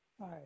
Hi